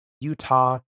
Utah